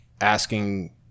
asking